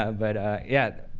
ah but yeah,